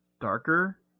darker